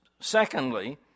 Secondly